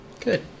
Good